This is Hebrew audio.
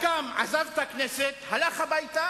מפלגת העבודה,